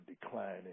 declining